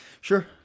Sure